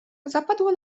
zapadło